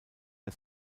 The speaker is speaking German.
der